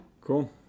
Cool